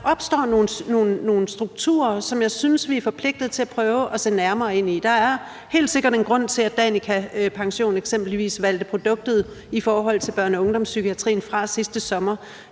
Der opstår nogle strukturer, som jeg synes vi er forpligtet til at prøve at se nærmere ind i. Der er helt sikkert en grund til, at Danica Pension eksempelvis valgte produktet i forhold til børne- og ungdomspsykiatrien fra sidste sommer.